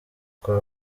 kwa